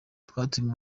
twatumiye